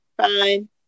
fine